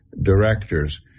directors